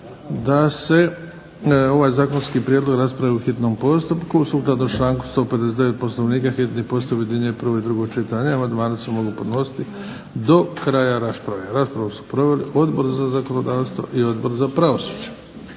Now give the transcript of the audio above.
da se ovaj zakonski prijedlog raspravi u hitnom postupku. Sukladno članku 159. Poslovnika hitni postupak objedinjuje prvo i drugo čitanje. Amandmani se mogu podnositi do kraja rasprave. Raspravu su proveli Odbor za zakonodavstvo i Odbor za pravosuđe.